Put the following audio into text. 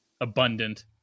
abundant